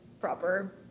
proper